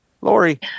Lori